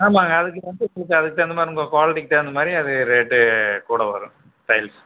ஆமாங்க அதுக்கு வந்து அதுக்கு தகுந்த மாதிரி உங்கள் குவாலிட்டிக்கு தகுந்த மாதிரி அது ரேட்டு கூட வரும் டைல்சு